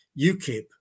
UKIP